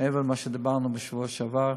מעבר למה שדיברנו בשבוע שעבר.